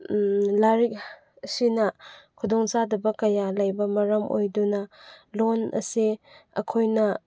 ꯂꯥꯏꯔꯤꯛ ꯑꯁꯤꯅ ꯈꯨꯗꯣꯡ ꯆꯥꯗꯕ ꯀꯌꯥ ꯂꯩꯕ ꯃꯔꯝ ꯑꯣꯏꯗꯨꯅ ꯂꯣꯟ ꯑꯁꯦ ꯑꯩꯈꯣꯏꯅ